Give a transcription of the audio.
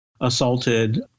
assaulted